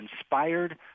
inspired